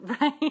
right